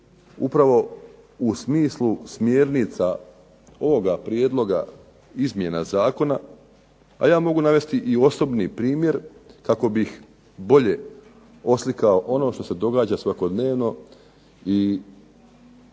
upravo u smislu smjernica ovoga prijedloga izmjena zakona, a ja mogu navesti i osobni primjer kako bih bolje oslikao ono što se događa svakodnevno i